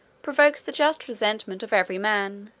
provokes the just resentment of every man,